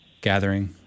gathering